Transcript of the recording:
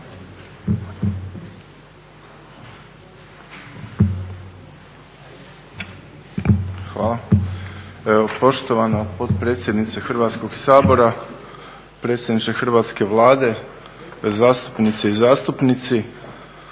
Hvala. Poštovana potpredsjednice Hrvatskog sabora, predsjedniče Hrvatske Vlade, zastupnice i zastupnici,